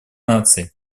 наций